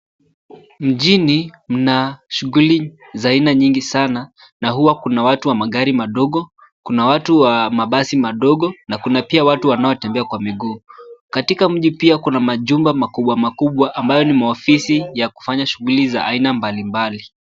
Mjini mna shughuli za aina nyingi sana, na huwa kuna watu wa magari madogo, kuna watu wa mabasi madogo, na kuna pia watu wanaotembea kwa miguu. Katika mji pia kuna majumba makubwa makubwa ambayo ni maofisi ya kufanya shughuli za aina mbalimbali.